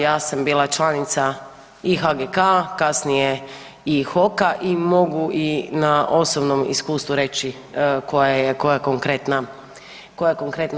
Ja sam bila članica i HGK-a, kasnije i HOK-a i mogu i na osobnom iskustvu reći koja je konkretna razlika.